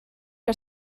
que